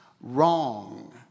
wrong